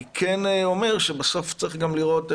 אני כן אומר שבסוף צריך גם לראות,